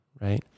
right